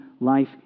life